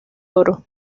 oro